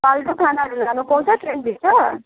फाल्टु खानाहरू लानुपाउँछ ट्रेनभित्र